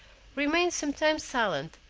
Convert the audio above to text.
remained some time silent,